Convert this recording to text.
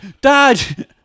Dad